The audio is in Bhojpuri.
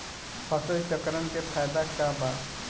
फसल चक्रण के फायदा का बा?